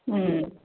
ꯎꯝ